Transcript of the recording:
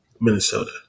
Minnesota